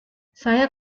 saya